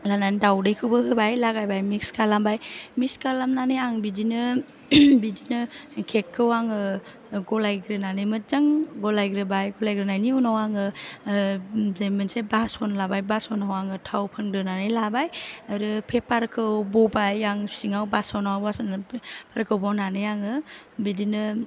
लानानै दावदैखौबो होबाय लागायबाय मिक्स खालामबाय मिक्स खालामनानै आं बिदिनो बिदिनो बिदिनो केकखौ आङो गलायग्रोनानै मोजां गलायग्रोबाय गलायग्रोनायनि उनाव आङो जे मोनसे बासन लाबाय बासनआव आङो थाव फोनग्रोनानै लाबाय आरो पेपारखौ बबाय आं सिङाव बासनआव बासनफोरखौ बनानै आङो बिदिनो